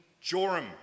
Joram